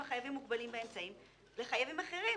חייבים מוגבלים באמצעים וחייבים אחרים.